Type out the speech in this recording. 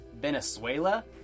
Venezuela